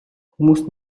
хүмүүс